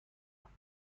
پراز